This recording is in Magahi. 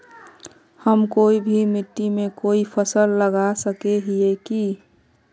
हम कोई भी मिट्टी में कोई फसल लगा सके हिये की?